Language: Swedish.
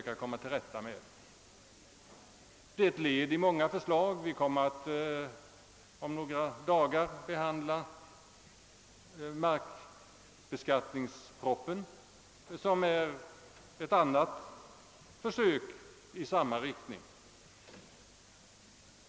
Den kommunala förköpslagen är ett led i många förslag. Vi kommer att om några dagar behandla markbeskattningspropositionen, som är ett annat försök i samma riktning.